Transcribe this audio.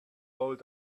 old